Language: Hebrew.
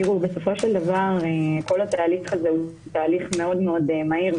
בסופו של דבר התהליך הזה הוא תהליך מאוד מאוד מהיר.